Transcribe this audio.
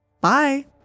Bye